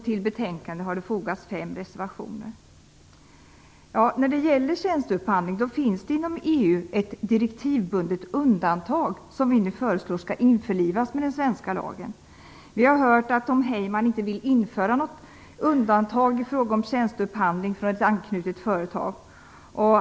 Till betänkandet har fogats fem reservationer. När det gäller tjänsteupphandling finns det inom EU ett direktivbundet undantag som vi nu föreslår skall införlivas med den svenska lagen. Vi har hört att Tom Heyman inte vill införa något undantag i fråga om tjänsteupphandling från ett anknutet företag.